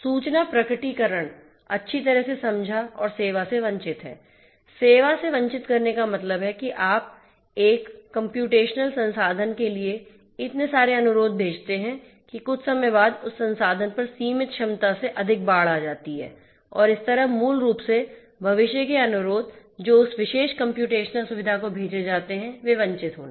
सूचना प्रकटीकरण अच्छी तरह से समझा और सेवा से वंचित है सेवा से वंचित करने का मतलब है कि आप एक कम्प्यूटेशनल संसाधन के लिए इतने सारे अनुरोध भेजते हैं कि कुछ समय बाद उस संसाधन पर सीमित क्षमता से अधिक बाढ़ आ जाती है और इस तरह मूल रूप से भविष्य के अनुरोध जो उस विशेष कम्प्यूटेशनल सुविधा को भेजे जाते हैं वे वंचित होना